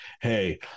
hey –